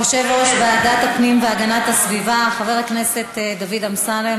יושב-ראש ועדת הפנים והגנת הסביבה חבר הכנסת דוד אמסלם,